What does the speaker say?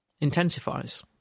intensifies